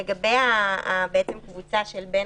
לגבי הפריסה של בין